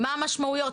מה המשמעויות.